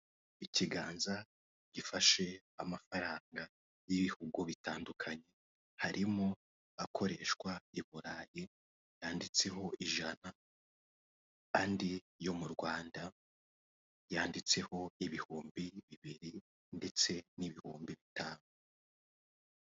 Ikiganza gifashe amafaranga y'ibihugu bitandukanye harimo akoreshwa i Burayi yanditseho ijana, andi yo mu Rwanda yanditseho ibihumbi bibiri ndetse n'ibihumbi bitanu.